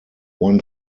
one